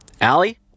Allie